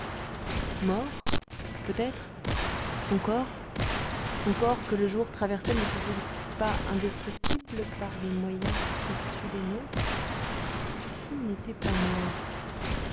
mort mort peut-être son corps son corps que le jour traversait n'était-il pas indestructible par les moyens qui tuent les nôtres s'il n'était pas mort